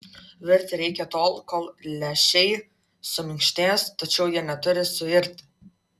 virti reikia tol kol lęšiai suminkštės tačiau jie neturi suirti